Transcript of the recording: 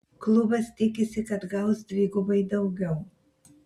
klubas tikisi kad gaus dvigubai daugiau